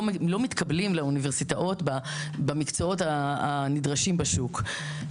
מתקבלים לאוניברסיטאות במקצועות הנדרשים בשוק.